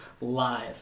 live